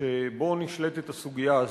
שבו נשלטת הסוגיה הזאת.